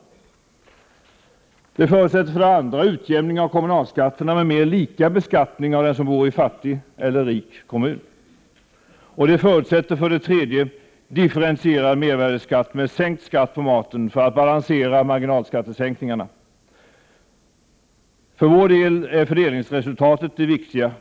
Det förutsätter för det andra utjämning av kommunalskatterna med mer lika beskattning av den som bor i fattig eller rik kommun. Det förutsätter för det tredje differentierad mervärdeskatt med sänkt skatt på maten för att balansera marginalskattesänkningarna. För vår del är fördelningsresultatet det viktiga.